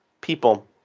people